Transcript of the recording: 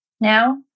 now